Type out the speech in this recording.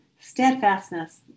steadfastness